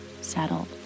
settled